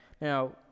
Now